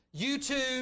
YouTube